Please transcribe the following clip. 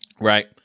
Right